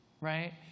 right